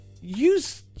use